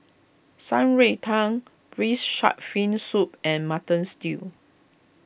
Shan Rui Tang Braised Shark Fin Soup and Mutton Stew